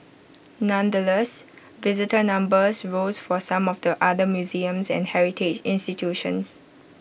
nonetheless visitor numbers rose for some of the other museums and heritage institutions